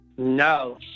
No